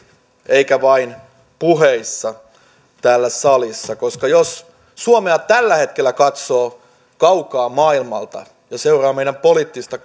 eivätkä vain puheissa täällä salissa koska jos suomea tällä hetkellä katsoo kaukaa maailmalta ja seuraa meidän poliittista